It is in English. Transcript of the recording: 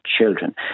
children